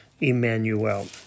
Emmanuel